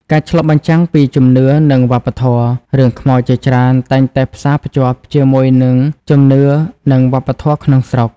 ការឆ្លុះបញ្ចាំងពីជំនឿនិងវប្បធម៌ រឿងខ្មោចជាច្រើនតែងតែផ្សារភ្ជាប់ជាមួយនឹងជំនឿនិងវប្បធម៌ក្នុងស្រុក។